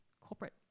corporate